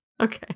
Okay